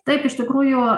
taip iš tikrųjų